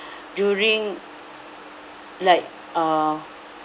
during like uh